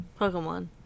Pokemon